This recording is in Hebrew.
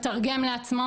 מתרגם לעצמו